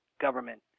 Government